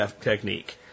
technique